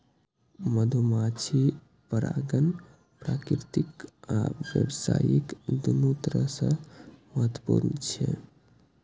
मधुमाछी परागण प्राकृतिक आ व्यावसायिक, दुनू तरह सं महत्वपूर्ण छै